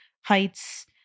heights